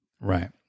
Right